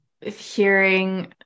hearing